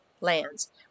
lands